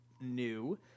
new